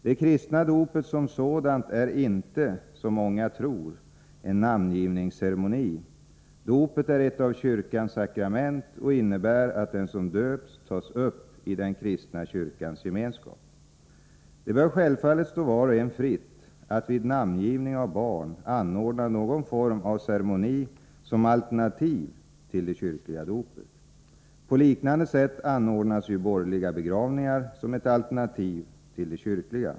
Det kristna dopet som sådant är inte, som många tror, en namngivningsceremoni. Dopet är ett av kyrkans sakrament och innebär att den som döps tas upp i den kristna kyrkans gemenskap. Det bör självfallet stå var och en fritt att vid namngivning av barn anordna någon form av ceremoni som alternativ till det kyrkliga dopet. På liknande sätt anordnas ju borgerliga begravningar som ett alternativ till de kyrkliga.